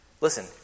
listen